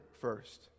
first